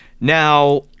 Now